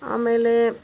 ಆಮೇಲೆ